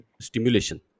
stimulation